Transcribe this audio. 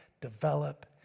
develop